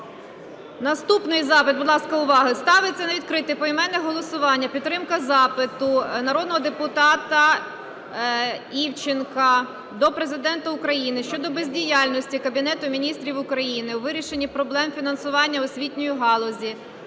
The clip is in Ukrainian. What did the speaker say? ласка, увага! Ставиться на відкрите поіменне голосування підтримка запиту народного депутата Івченка до Президента України щодо бездіяльності Кабінету Міністрів України у вирішенні проблем фінансування освітньої галузі,